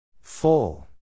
full